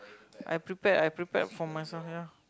I prepare I prepare for myself ya